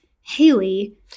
Haley